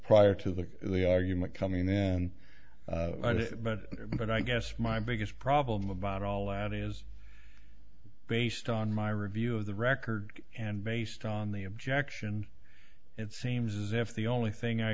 prior to the argument coming in but i guess my biggest problem about all that is based on my review of the record and based on the objection it seems as if the only thing i